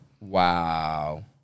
Wow